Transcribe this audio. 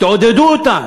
תעודדו אותן?